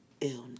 illness